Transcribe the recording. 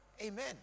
Amen